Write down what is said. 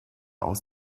aus